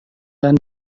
dan